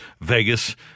vegas